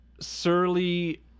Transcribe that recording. surly